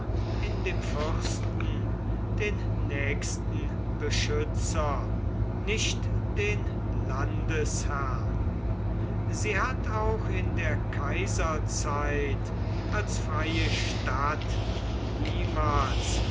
in dem fürsten den nächsten beschützer nicht den landesherrn sie hat auch in der kaiserzeit als freie stadt niemals